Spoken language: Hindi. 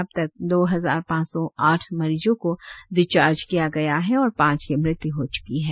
अब तक दो हजार पांच सौ आठ मरीज को डिस्चार्ज किया गया है और पांच की मृत्यु हो चुकी है